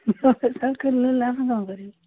ଆମେ କ'ଣ କରିବୁ